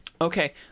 Okay